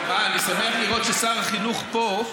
אני שמח לראות ששר החינוך פה.